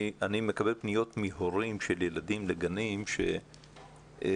אני מקבל פניות מהורים של ילדים בגנים שהגננות